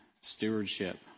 stewardship